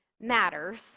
matters